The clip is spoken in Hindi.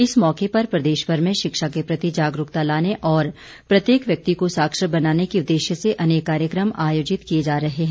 इस मौके पर प्रदेशभर में शिक्षा के प्रति जागरूकता फैलाने और प्रत्येक व्यक्ति को साक्षर बनाने के उददेश्य से अनेक कार्यक्रम आयोजित किए जा रहे हैं